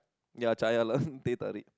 ya teh-tarik